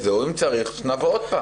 אם צריך, נבוא שוב.